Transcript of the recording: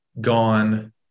gone